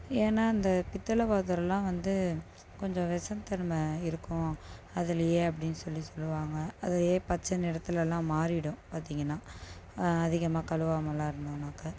ஏன்னால் இந்த பித்தளை பாத்திரம்லாம் வந்து கொஞ்சம் வெஷத் தன்மை இருக்கும் அதுலேயே அப்படின்னு சொல்லி சொல்லுவாங்க அதையே பச்சை நிறத்துலலாம் மாறிவிடும் பார்த்தீங்கன்னா அதிகமாக கழுவாமலாம் இருந்தோனாக்க